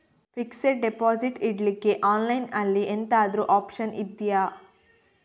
Fixed deposit ಇಡ್ಲಿಕ್ಕೆ online ಅಲ್ಲಿ ಎಂತಾದ್ರೂ ಒಪ್ಶನ್ ಇದ್ಯಾ?